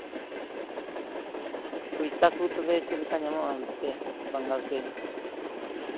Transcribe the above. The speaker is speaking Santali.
ᱚ ᱯᱚᱭᱥᱟ ᱠᱚ ᱛᱚᱵᱮ ᱪᱮᱫᱞᱮᱠᱟ ᱧᱟᱢᱚᱜᱼᱟ ᱚᱱᱛᱮ ᱵᱟᱝᱜᱟᱞ ᱥᱮᱫ